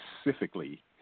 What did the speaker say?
specifically